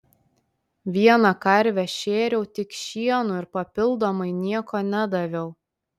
vieną karvę šėriau tik šienu ir papildomai nieko nedaviau